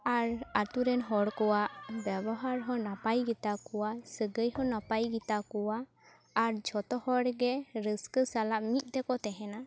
ᱟᱨ ᱟᱹᱛᱩ ᱨᱮᱱ ᱦᱚᱲ ᱠᱚᱣᱟᱜ ᱵᱮᱵᱚᱦᱟᱨ ᱦᱚᱸ ᱱᱟᱯᱟᱭ ᱜᱮᱛᱟ ᱠᱚᱣᱟ ᱥᱟᱹᱜᱟᱹᱭ ᱦᱚᱸ ᱱᱟᱯᱟᱭ ᱜᱮᱛᱟ ᱠᱚᱣᱟ ᱟᱨ ᱡᱚᱛᱚ ᱦᱚᱲ ᱜᱮ ᱨᱟᱹᱥᱟᱹ ᱥᱟᱞᱟᱜ ᱢᱤᱫ ᱛᱮᱠᱚ ᱛᱟᱦᱮᱸᱱᱟ